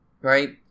right